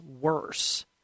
worse